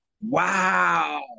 Wow